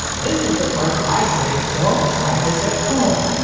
this is the part where i say don't try this at home!